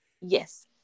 Yes